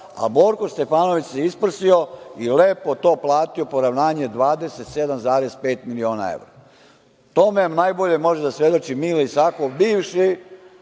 a Borko Stefanović se isprsio i lepo to platio poravnanje 27,5 miliona evra. Tome najbolje može da svedoči Mile Isakov, bivši